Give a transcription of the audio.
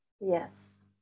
Yes